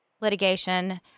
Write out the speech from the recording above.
litigation